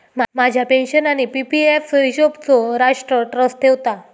माझ्या पेन्शन आणि PP F हिशोबचो राष्ट्र ट्रस्ट ठेवता